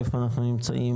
איפה אנחנו נמצאים,